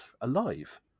alive